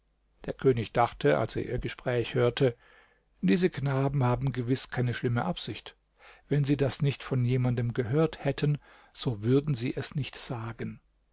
der könig dachte als er ihr gespräch hörte diese knaben haben gewiß keine schlimme absicht wenn sie das nicht von jemanden gehört hätten so würden sie es nicht sagen